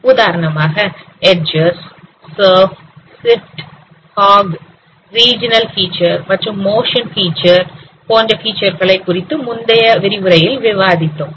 உதாரணமாக Edges SURFSIFT HOG regional feature மற்றும் motion feature போன்ற ஃபிச்சர் களை குறித்து முந்தைய விரிவுரையில் விவாதித்தோம்